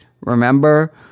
remember